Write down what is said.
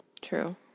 True